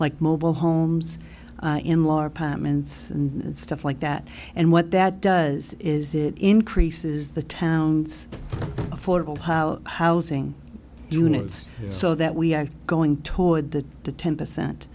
like mobile homes in la apartments and stuff like that and what that does is it increases the town's affordable housing units so that we are going toward the the ten percent